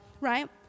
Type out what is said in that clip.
right